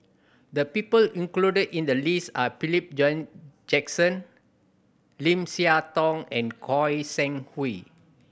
the people included in the list are Philip Jackson Lim Siah Tong and Goi Seng Hui